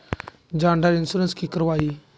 जान डार इंश्योरेंस की करवा ई?